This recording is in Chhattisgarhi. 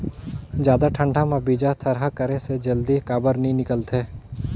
जादा ठंडा म बीजा थरहा करे से जल्दी काबर नी निकलथे?